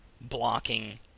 blocking